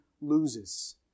loses